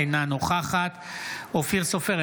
אינה נוכחת אופיר סופר,